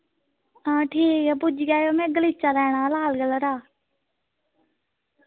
हां ठीक ऐ पुज्जी जायो मैं गलीचा लैना लाल कलर दा